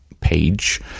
page